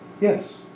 Yes